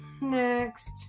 Next